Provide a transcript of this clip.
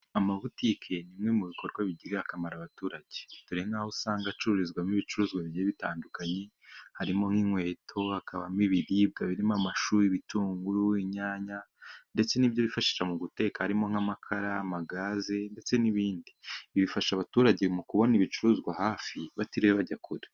Amabutike ni kimwe mu bikorwa bigirira akamaro abaturage, dore nk'aho usanga acururizwamo ibicuruzwa bigiye bitandukanye, harimo nk'inkweto hakabamo ibiribwa birimo amashu, ibitunguru, inyanya ndetse n'ibyo bifashisha mu guteka, harimo nk'amakara, amagaze ndetse n'ibindi. Ibi bifasha abaturage mu kubona ibicuruzwa hafi, batiriwe bajya kure.